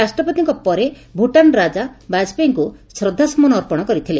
ରାଷ୍ଟ୍ରପତିଙ୍କ ପରେ ଭୁଟାନ ରାଜା ବାଜପେୟୀଙ୍କୁ ଶ୍ରଦ୍ବାସ୍ସମନ ଅର୍ପଣ କରିଥିଲେ